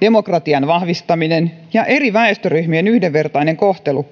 demokratian vahvistaminen ja eri väestönryhmien yhdenvertainen kohtelu